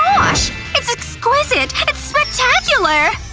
gosh it's exquisite! it's spectacular!